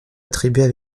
attribuées